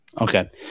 Okay